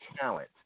talent